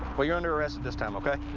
but you're under arrest at this time, ok?